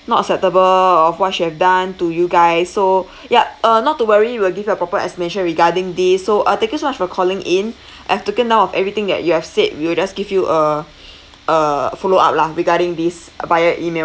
not acceptable of what she have done to you guys so yup uh not to worry we will give you a proper explanation regarding this so uh thank you so much for calling in I've taken down of everything that you have said we'll just give you a a follow up lah regarding this uh via email